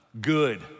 Good